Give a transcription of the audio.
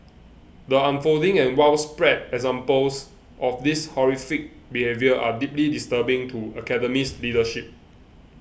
the unfolding and widespread examples of this horrific behaviour are deeply disturbing to Academy's leadership